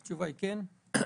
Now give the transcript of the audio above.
התשובה היא כן.